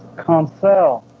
console!